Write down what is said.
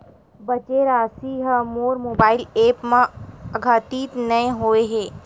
बचे राशि हा मोर मोबाइल ऐप मा आद्यतित नै होए हे